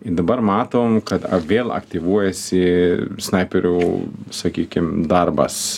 i dabar matom kad a vėl aktyvuojasi snaiperių sakykim darbas